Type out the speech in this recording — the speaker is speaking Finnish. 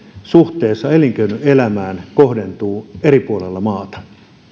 suhteessa elinkeinoelämään kohdentuu eri puolilla maata